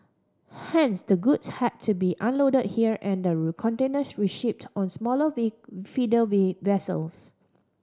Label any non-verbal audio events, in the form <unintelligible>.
hence the goods had to be unload here and the containers reshipped on smaller <unintelligible> feeder V vessels